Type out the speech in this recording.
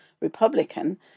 Republican